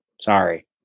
Sorry